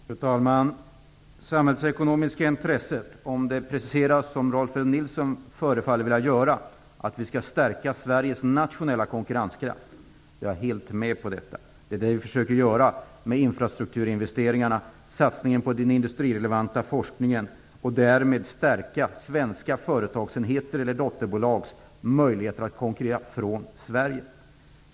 Fru talman! Om det samhällsekonomiska intresset preciseras som Rolf L Nilson förefaller vilja göra, dvs. att vi skall stärka Sveriges nationella konkurrenskraft, är jag helt med på det. Det är detta vi försöker göra genom infrastrukturinvesteringarna och satsningen på den industrirelevanta forskningen. Därmed stärks svenska företagsenheters eller dotterbolags möjligheter att konkurrera från Sverige.